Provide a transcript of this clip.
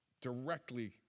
directly